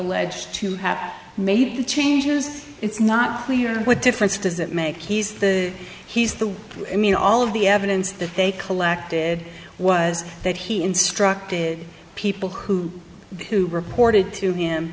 eged to have made the changes it's not clear what difference does it make he's the he's the i mean all of the evidence that they collected was that he instructed people who who reported to him